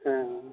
ᱦᱮᱸ